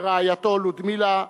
ורעייתו לודמילה,